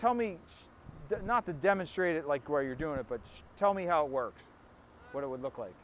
tell me not to demonstrate it like where you're doing it but just tell me how it works what it would look like